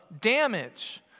damage